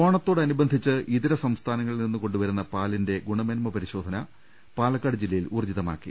ഓണത്തോടനുബന്ധിച്ച് ഇതര സംസ്ഥാനങ്ങളിൽ നിന്നും കൊണ്ടുവരുന്ന് പാലിന്റെ ഗുണമേന്മ പരിശോധന പാലക്കാട് ജില്ലയിൽ ഊർജ്ജിതമാക്കി